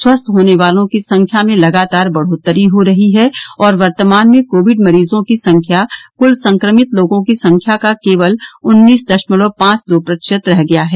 स्वस्थ होने वालों की संख्या में लगातार बढ़ोतरी हो रही है और वर्तमान में कोविड मरीजों की संख्या कुल संक्रमित लोगों की संख्या का केवल उन्नीस दशमलव पांच दो प्रतिशत रह गई है